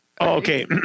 Okay